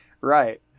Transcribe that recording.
Right